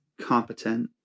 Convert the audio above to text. competent